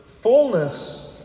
fullness